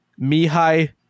Mihai